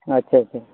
ᱟᱪᱪᱷᱟ ᱟᱪᱪᱷᱟ